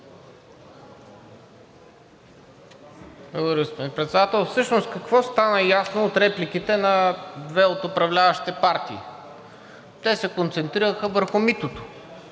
Благодаря, господин Председател. Всъщност какво стана ясно от репликите на две от управляващите партии? Те се концентрираха върху митото,